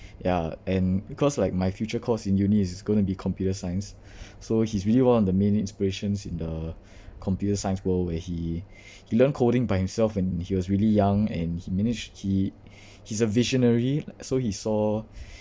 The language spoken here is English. yeah and because like my future course in uni is going to be computer science so he's really one of the main inspirations in the computer science world where he he learned coding by himself when he was really young and he managed he he's a visionary so he saw